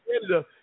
Canada